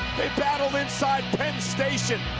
they battled inside penn station.